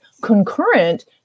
concurrent